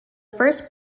first